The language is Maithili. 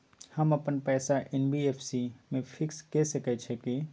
हम अपन पैसा एन.बी.एफ.सी म फिक्स के सके छियै की?